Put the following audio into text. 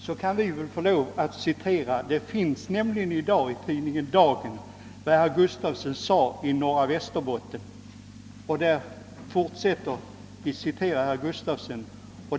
Då kan jag väl få citera vad herr Gustafsson skrivit i Norra Västerbotten. Det är nämligen i dag återgivet i tidningen Dagen.